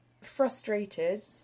frustrated